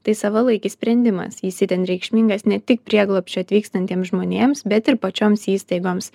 tai savalaikis sprendimas jis itin reikšmingas ne tik prieglobsčio atvykstantiems žmonėms bet ir pačioms įstaigoms